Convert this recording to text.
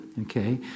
okay